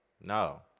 No